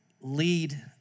lead